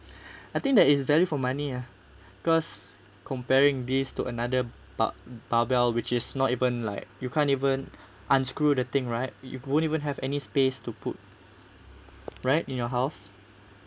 I think that is value for money ah because comparing this to another bar~ barbell which is not even like you can't even unscrew the thing right you won't even have any space to put right in your house